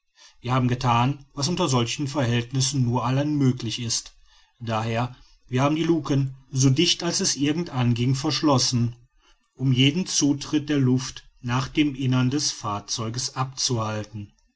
wir haben gethan was unter solchen verhältnissen nur allein möglich ist d h wir haben die luken so dicht als es irgend anging verschlossen um jeden zutritt der luft nach dem innern des fahrzeugs abzuhalten